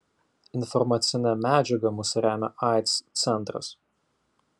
informacine medžiaga mus remia aids centras